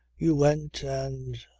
you went and.